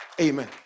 Amen